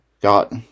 got